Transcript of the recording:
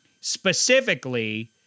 specifically